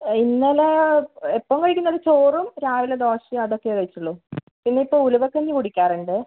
ഇന്നലെ എപ്പോഴും കഴിക്കുന്നത് ചോറും രാവിലെ ദോശയും അതൊക്കെയേ കഴിച്ചുള്ളൂ പിന്നെ ഇപ്പോൾ ഉലുവക്കഞ്ഞി കുടിക്കാറുണ്ട്